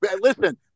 Listen